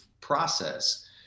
process